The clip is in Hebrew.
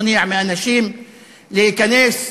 מונע מאנשים להיכנס.